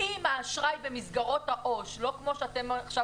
אם האשראי במסגרות העו"ש לא כמו שאתם עכשיו